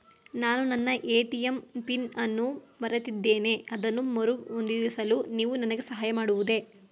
ನಾನು ನನ್ನ ATM PIN ಅನ್ನು ಮರೆತಿದ್ದೇನೆ ಅದನ್ನು ಮರುಹೊಂದಿಸಲು ನೀವು ನನಗೆ ಸಹಾಯ ಮಾಡಬಹುದೇ?